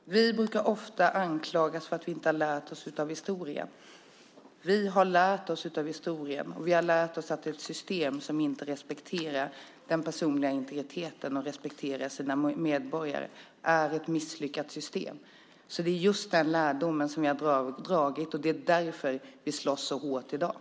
Herr talman! Vi brukar ofta anklagas för att vi inte har lärt oss av historien. Vi har lärt oss av historien, och vi har lärt oss att ett system som inte respekterar den personliga integriteten och inte respekterar sina medborgare är ett misslyckat system. Det är just den lärdomen som vi har dragit, och det är därför vi slåss så hårt i dag.